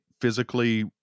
physically